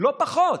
לא פחות.